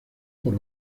por